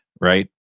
Right